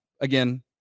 Again